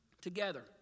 together